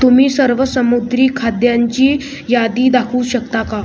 तुम्ही सर्व समुद्री खाद्यांची यादी दाखवू शकता का